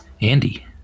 Andy